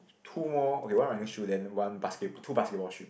two more okay one running shoe then one two basketball shoe